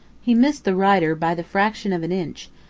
he missed the rider by the fraction of an inch,